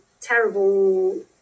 terrible